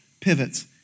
pivots